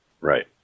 Right